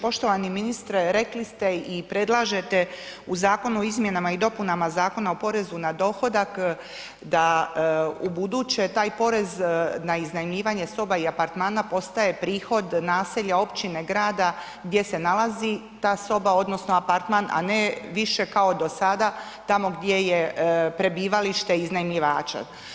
Poštovani ministre rekli ste i predlažete u Zakonu o izmjenama i dopunama Zakona o porezu na dohodak da ubuduće taj porez na iznajmljivanje soba i apartmana postaje prihod naselja, općine, grada gdje se nalazi ta soba odnosno apartman a ne više kao do sada tamo gdje je prebivalište iznajmljivača.